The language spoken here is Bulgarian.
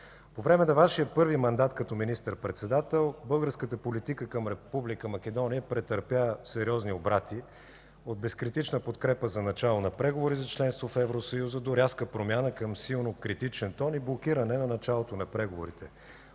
По време на Вашия първи мандат като министър-председател българската политика към Република Македония претърпя сериозни обрати – от безкритична подкрепа за начало на преговори за членство в Евросъюза, до рязка промяна към силно критичен тон и блокиране на началото на преговорите;